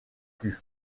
plus